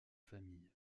famille